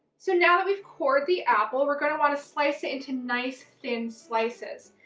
so now that we've cored the apple, we're going to want to slice it into nice thin slices.